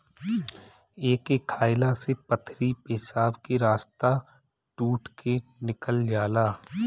एके खाएला से पथरी पेशाब के रस्ता टूट के निकल जाला